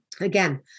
Again